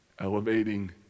elevating